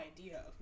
idea